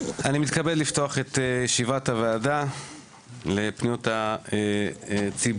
אני מתכבד לפתוח את ישיבת הוועדה לפניות הציבור,